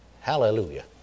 Hallelujah